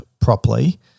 properly